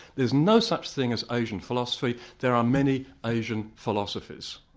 there's no such thing as asian philosophy, there are many asian philosophies.